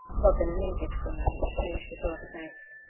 robin lingered for a moment to finish his last notes.